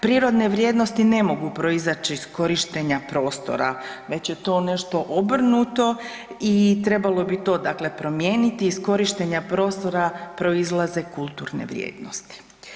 Prirodne vrijednosti ne mogu proizaći iz korištenja prostora, već je to nešto obrnuto i trebalo bi to dakle promijeniti iz korištenja prostora proizlaze kulturne vrijednosti.